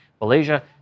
Malaysia